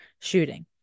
shooting